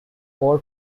four